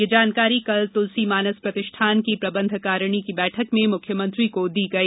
यह जानकारी कल तुलसी मानस प्रतिष्ठान की प्रबंध कारिणी की बैठक में मुख्यमंत्री को दी गई